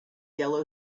yellow